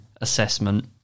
assessment